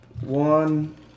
One